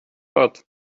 ort